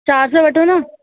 चारि सौ वठो न